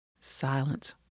Silence